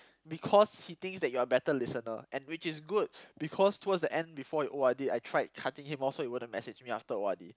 because he thinks that you are a better listener and which is good because towards the end before you O_R_D I tried cutting him off so he wouldn't message me after O_R_D